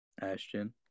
Ashton